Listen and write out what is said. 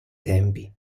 tempi